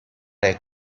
les